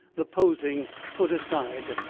the posing put aside.